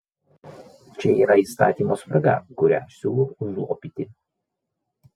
čia yra įstatymo spraga kurią aš siūlau užlopyti